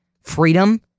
freedom